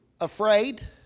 afraid